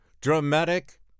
Dramatic